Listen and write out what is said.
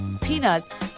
peanuts